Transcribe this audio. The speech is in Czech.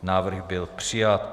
Návrh byl přijat.